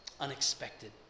unexpected